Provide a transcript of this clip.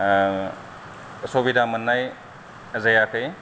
सुबिदा मोननाय जायाखै